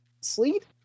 sleet